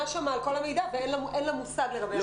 שם על כל המידע ואין לה מושג לגבי המידע הזה.